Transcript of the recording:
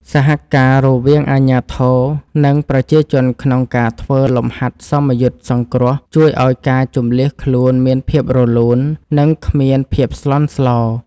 សហការរវាងអាជ្ញាធរនិងប្រជាជនក្នុងការធ្វើលំហាត់សមយុទ្ធសង្គ្រោះជួយឱ្យការជម្លៀសខ្លួនមានភាពរលូន និង គ្មានភាពស្លន់ស្លោ។